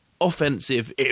Offensive